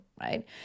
right